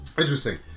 Interesting